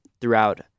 throughout